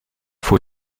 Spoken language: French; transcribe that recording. faut